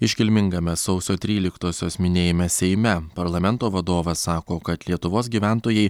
iškilmingame sausio tryliktosios minėjime seime parlamento vadovas sako kad lietuvos gyventojai